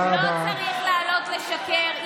לא צריך לעלות ולשקר.